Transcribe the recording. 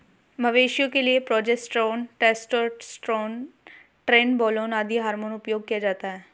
मवेशियों के लिए प्रोजेस्टेरोन, टेस्टोस्टेरोन, ट्रेनबोलोन आदि हार्मोन उपयोग किया जाता है